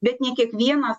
bet ne kiekvienas